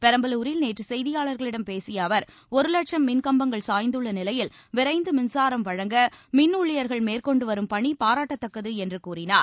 பெரம்பலூரில் நேற்று செய்தியாளர்களிடம் பேசிய அவர் ஒரு லட்சம் மின் கம்பங்கள் சாய்ந்துள்ள நிலையில் விரைந்து மின்சாரம் வழங்க மின் ஊழியர்கள் மேற்கொண்டுவரும் பணி பாராட்டத்தக்கது என்று கூறினார்